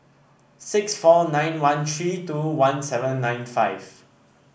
six four nine one three two one seven nine five